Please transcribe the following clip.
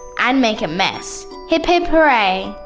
and make a mess. hip hip hooray!